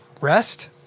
rest